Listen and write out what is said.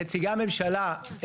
נציגי הממשלה,